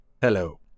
Hello